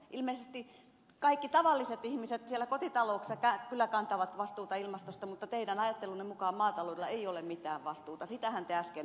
ilmeisesti kaikki tavalliset ihmiset siellä kotitalouksissa kyllä kantavat vastuuta ilmastosta mutta teidän ajattelunne mukaan maataloudella ei ole mitään vastuuta sitähän te äsken sanoitte